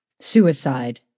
Suicide